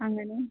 അങ്ങനെ